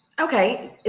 Okay